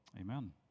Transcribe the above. Amen